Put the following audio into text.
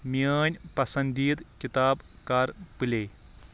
میٛٲنۍ پسنٛدیٖدٕ کِتاب کر پُلے